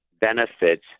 benefits